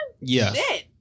Yes